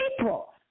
April